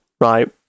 Right